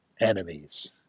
enemies